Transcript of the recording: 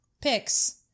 Picks